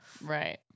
Right